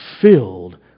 filled